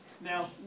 now